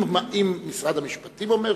אם משרד המשפטים אומר,